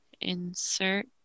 insert